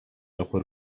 opór